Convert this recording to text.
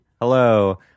hello